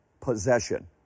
possession